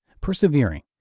persevering